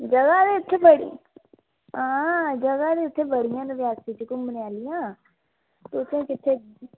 जगह ते इत्थें जगह ते इत्थें बड़ियां न घुम्मनें आह्लियां तुसें कुत्थें